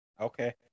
Okay